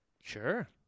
Sure